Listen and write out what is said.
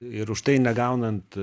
ir už tai negaunant